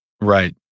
right